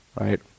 right